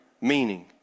meaning